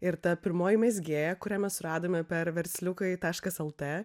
ir ta pirmoji mezgėja kurią mes radome per versliukai taškas lt